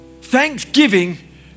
Thanksgiving